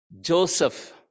Joseph